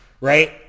right